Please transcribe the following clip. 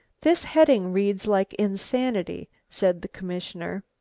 this heading reads like insanity, said the commissioner.